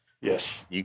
Yes